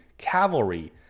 cavalry